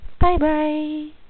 Bye-bye